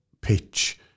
pitch